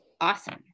awesome